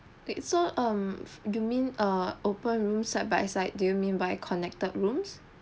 okay so um you mean err open room side by side do you mean by connected rooms